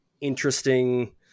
interesting